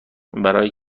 برای